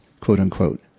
quote-unquote